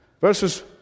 verses